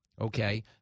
okay